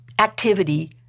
activity